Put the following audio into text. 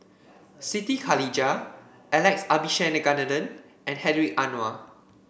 Siti Khalijah Alex Abisheganaden and Hedwig Anuar